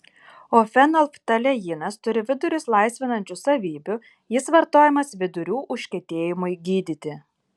o fenolftaleinas turi vidurius laisvinančių savybių jis vartojamas vidurių užkietėjimui gydyti